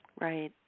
Right